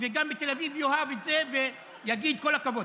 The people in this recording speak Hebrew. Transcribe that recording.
וגם בתל אביב יאהב את זה ויגיד כל הכבוד.